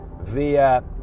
via